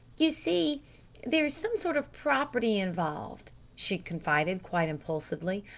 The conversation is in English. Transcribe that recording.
you see there's some sort of property involved, she confided quite impulsively.